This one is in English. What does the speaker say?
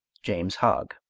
james hogg.